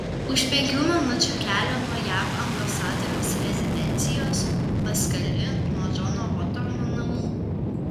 už penkių minučių kelio nuo jav ambasadoriaus rezidencijos paskali nuo džono hotorno namų